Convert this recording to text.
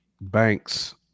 Banks